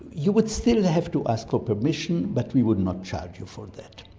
you would still have to ask for permission but we would not charge you for that.